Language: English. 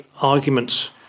arguments